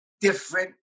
different